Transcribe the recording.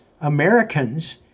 Americans